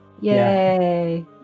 Yay